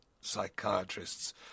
psychiatrists